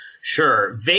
Sure